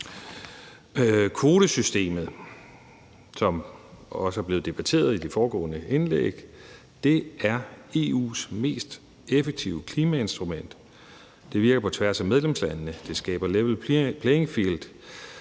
Kvotesystemet, som også er blevet debatteret i de foregående indlæg, er EU's mest effektive klimainstrument. Det virker på tværs af medlemslandene, det skaber level playing field,